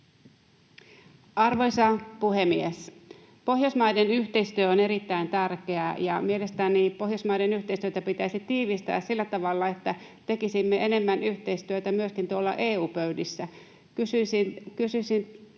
Arvoisa puhemies! Pohjoismaiden yhteistyö on erittäin tärkeää, ja mielestäni Pohjoismaiden yhteistyötä pitäisi tiivistää sillä tavalla, että tekisimme enemmän yhteistyötä myöskin tuolla EU-pöydissä.